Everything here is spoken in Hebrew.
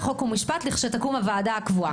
חוק ומשפט לכשתקום הוועדה הקבועה.